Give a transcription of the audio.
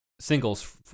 singles